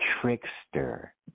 trickster